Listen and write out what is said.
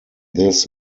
this